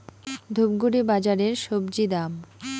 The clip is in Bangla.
ধূপগুড়ি বাজারের স্বজি দাম?